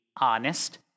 honest